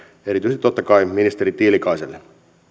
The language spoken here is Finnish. erityisesti totta kai ministeri tiilikaiselle